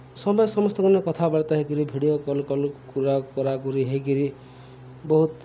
ସଭେ ସମସ୍ତଙ୍କର୍ନେ କଥାବାର୍ତ୍ତା ହେଇକିରି ଭିଡ଼ିଓ କଲ୍ କଲ୍ କୁରା କୁରି ହେଇକିରି ବହୁତ୍